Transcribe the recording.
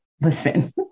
Listen